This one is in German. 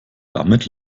damit